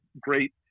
great